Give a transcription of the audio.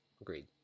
Agreed